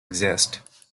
exist